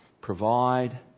provide